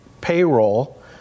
payroll